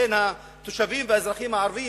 בין התושבים והאזרחים הערבים,